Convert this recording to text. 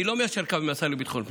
אני לא מיישר קו עם השר לביטחון לאומי.